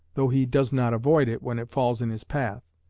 though he does not avoid it when it falls in his path.